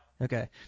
Okay